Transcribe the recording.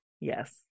Yes